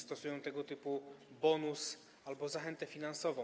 Stosują tego typu bonus albo zachętę finansową.